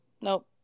Nope